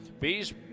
Bees